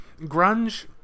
grunge